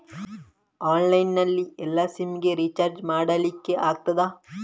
Online ನಲ್ಲಿ ಎಲ್ಲಾ SIM ಗೆ ರಿಚಾರ್ಜ್ ಮಾಡಲಿಕ್ಕೆ ಆಗ್ತದಾ?